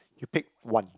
you pick one